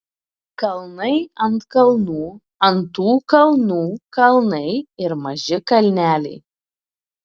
kalnai ant kalnų ant tų kalnų kalnai ir maži kalneliai